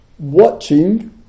watching